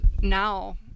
now